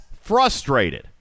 frustrated